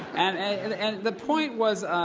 and the point was,